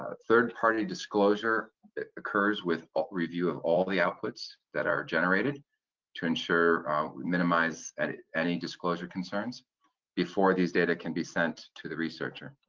ah third party disclosure that occurs with review of all the outputs that are generated to ensure minimize any disclosure concerns before these data can be sent to the researcher.